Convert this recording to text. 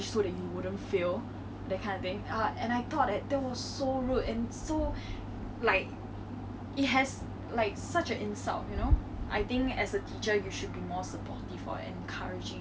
mm 我啊她那个动作她真的我 at that point of time I really think that it was like really mean to do so but I think that to me